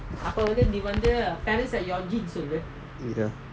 ya